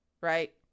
right